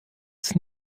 ist